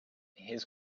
his